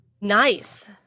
Nice